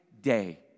day